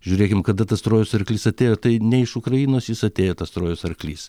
žiūrėkime kada tas trojos arklys atėjo tai ne iš ukrainos jis atėjo tas trojos arklys